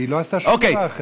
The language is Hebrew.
היא לא עשתה שום דבר אחר.